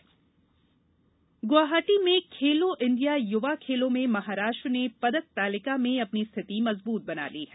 खेलो India Guwahati में Khelo India युवा खेलों में महाराष्ट्र ने पदक तालिका में अपनी स्थिति मजबूत बना ली है